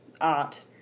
art